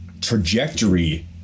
trajectory